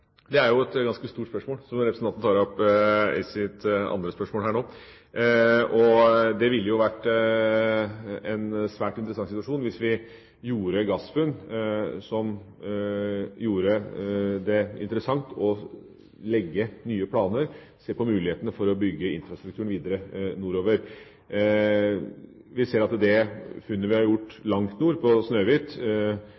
Det er et ganske stort spørsmål som representanten nå tar opp i sitt andre spørsmål. Det ville jo vært en svært interessant situasjon hvis vi gjorde gassfunn som gjorde det interessant å legge nye planer, se på mulighetene for å bygge infrastrukturen videre nordover. Vi ser at det funnet vi